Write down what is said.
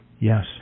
Yes